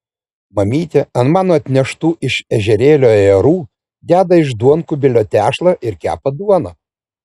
mamytė ant mano atneštų iš ežerėlio ajerų deda iš duonkubilio tešlą ir kepa duoną